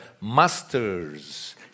masters